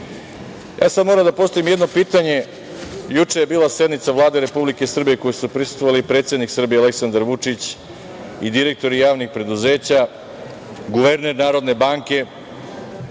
moram da postavim jedno pitanje. Juče je bila sednica Vlade Republike Srbije kojoj su prisustvovali predsednik Srbija Aleksandar Vučić i direktori javnih preduzeća, guverner Narodne banke,